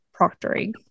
proctoring